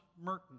Merton